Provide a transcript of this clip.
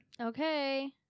okay